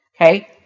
Okay